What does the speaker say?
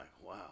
wow